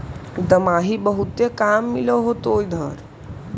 दमाहि बहुते काम मिल होतो इधर?